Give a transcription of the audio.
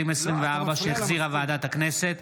שהחזירה ועדת הכנסת,